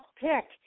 pick